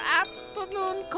afternoon